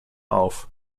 auf